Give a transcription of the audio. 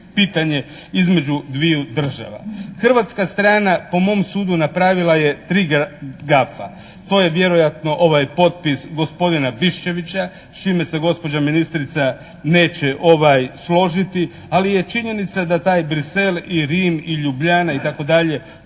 pitanje između dviju država. Hrvatska strana po mom sudu napravila je tri gafa. To je vjerojatno ovaj potpis gospodina Biščevića, s čime se gospođa ministrica neće složiti ali je činjenica da taj Bruxelles i Rim i Ljubljana itd.,